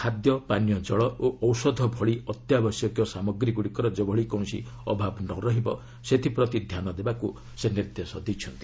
ଖାଦ୍ୟ ପାନୀୟଜଳ ଓ ଔଷଧ ଭଳି ଅତ୍ୟାବଶ୍ୟକୀୟ ସାମଗ୍ରୀ ଗୁଡ଼ିକର ଯେଭଳି କୌଣସି ଅଭାବ ନରହିବ ସେଥିପ୍ରତି ଧ୍ୟାନ ଦେବାକୁ ସେ ନିର୍ଦ୍ଦେଶ ଦେଇଛନ୍ତି